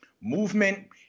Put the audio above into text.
movement